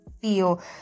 feel